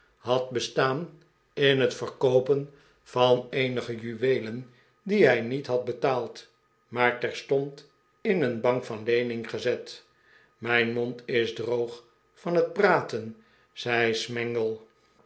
had be staan in het verkoopen van eenige juweelen die hij niet had betaald maar terstond in een bank van leening gezet mijn mond is droog van het praten zei